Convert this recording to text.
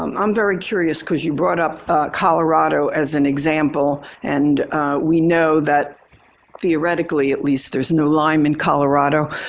um i'm very curious because you brought up colorado as an example. and we know that theoretically at least there's no lyme in colorado.